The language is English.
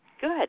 Good